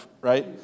right